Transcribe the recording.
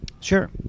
sure